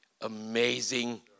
amazing